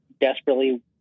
desperately